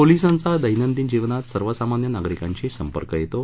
पोलिसांचा दैनंदिन जीवनात सर्वसामान्य नागरिकांशी संपर्क येतो